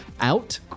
out